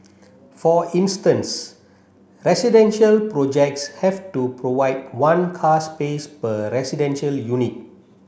for instance residential projects have to provide one car space per residential unit